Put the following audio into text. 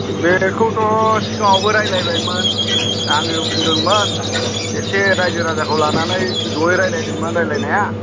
बेखौथ' सिगाङावबो रायज्लायबायमोन आङो बुंदोंमोन एसे रायजो राजाखौ लानानै जयै रायज्लायदोंमोन रायज्लायनाया